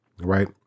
right